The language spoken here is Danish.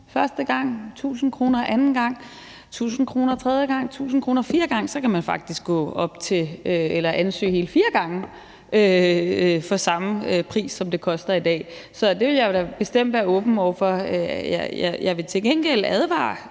første gang, 1.000 kr. anden gang, 1.000 kr. tredje gang, 1.000 kr. fjerde gang. Så kan man faktisk ansøge hele fire gange for samme pris, som det koster i dag. Så det vil jeg da bestemt være åben over for. Jeg vil til gengæld advare